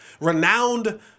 renowned